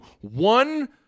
one